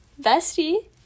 bestie